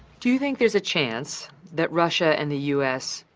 do you think theres a chance that russia and the u s.